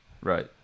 Right